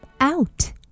out